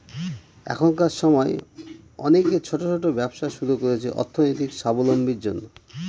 এখনকার সময় অনেকে ছোট ছোট ব্যবসা শুরু করছে অর্থনৈতিক সাবলম্বীর জন্য